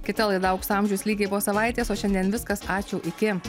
kita laida aukso amžius lygiai po savaitės o šiandien viskas ačiū iki